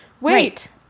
wait